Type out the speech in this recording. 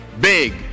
big